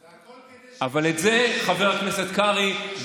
זה הכול כדי שיושב-ראש הסיעה שלך